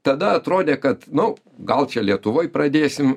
tada atrodė kad nu gal čia lietuvoj pradėsim